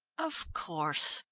of course!